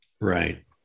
Right